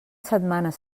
setmanes